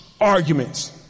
arguments